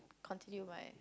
continue with my